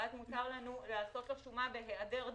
ואז מותר לנו לעשות לו שומה בהיעדר דוח.